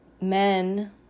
men